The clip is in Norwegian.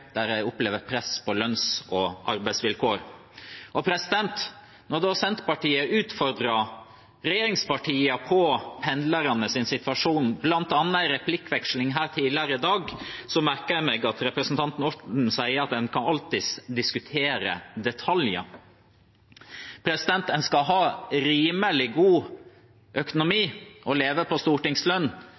der de opplever press på lønns- og arbeidsvilkår. Når da Senterpartiet utfordrer regjeringspartiene på pendlernes situasjon, bl.a. i en replikkveksling her tidligere i dag, merker jeg meg at representanten Orten sier at en «kan alltids diskutere detaljer». En skal ha rimelig god økonomi og leve på stortingslønn